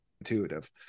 intuitive